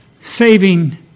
saving